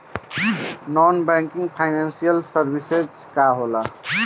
Non banking financial services का होला?